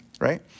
right